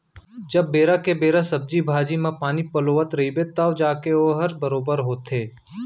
जब बेरा के बेरा सब्जी भाजी म पानी पलोवत रइबे तव जाके वोहर बरोबर होथे